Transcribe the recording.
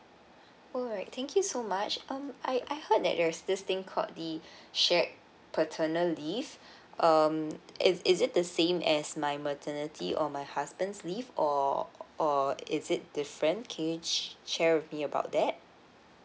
alright thank you so much um I I heard that there's this thing called the shared paternal leave um is is it the same as my maternity or my husband's leave or or is it different can you share with me about that